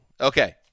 Okay